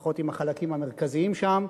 לפחות עם החלקים המרכזיים שם,